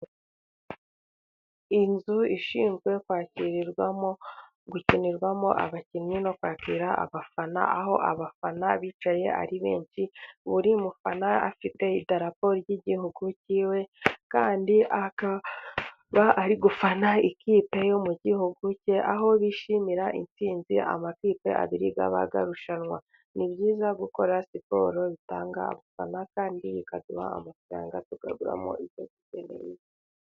Inzu ishinzwe kwakirirwamo ,gukinirwamo ,abakinnyi no kwakira abafana, aho abafana bicaye ari benshi. Buri mufana afite idarapo ry'igihugu cye kandi akaba ari gufana ikipe yo mu gihugu cye ,aho bishimira intsinzi amakipe abiri aba arushanwa . Ni byiza gukora siporo. Bitanga abafana kandi bikaduha amafaranga tukaguramo ibyo dukeneye.